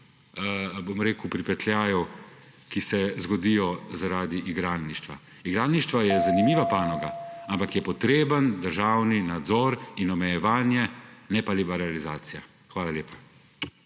negativnih pripetljajev, ki se zgodijo zaradi igralništva. Igralništvo je zanimiva panoga, ampak sta potrebna državni nadzor in omejevanje, ne pa liberalizacija. Hvala lepa.